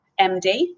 MD